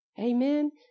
Amen